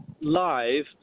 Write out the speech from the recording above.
live